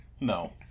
No